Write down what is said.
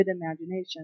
imagination